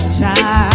time